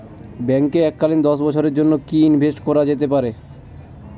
ব্যাঙ্কে এককালীন দশ বছরের জন্য কি ইনভেস্ট করা যেতে পারে?